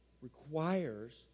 requires